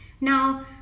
Now